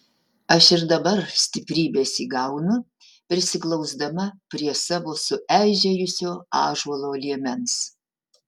aš ir dabar stiprybės įgaunu prisiglausdama prie savo sueižėjusio ąžuolo liemens